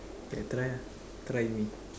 okay try ah try me